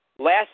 Last